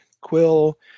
quill